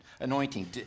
anointing